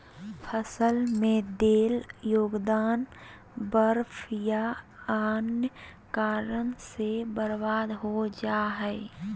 फसल में देल योगदान बर्फ या अन्य कारन से बर्बाद हो जा हइ